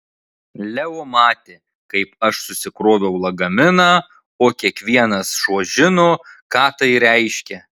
leo matė kaip aš susikroviau lagaminą o kiekvienas šuo žino ką tai reiškia